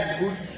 good